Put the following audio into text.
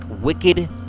wicked